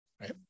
Right